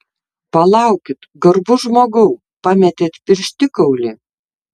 palaukit garbus žmogau pametėt pirštikaulį